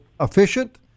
efficient